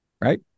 right